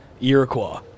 Iroquois